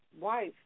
wife